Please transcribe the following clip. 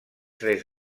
tres